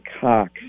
Cox